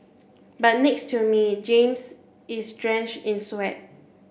but next to me James is drenched in sweat